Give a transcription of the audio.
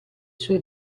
sue